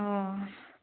অ